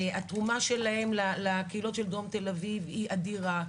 התרומה שלהם לקהילות של דרום תל אביב היא אדירה,